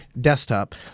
desktop